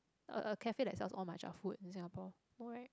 a a cafe that sells all matcha food in Singapore no right